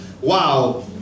wow